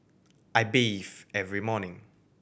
I bathe every morning